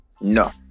No